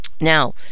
Now